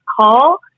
call